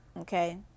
Okay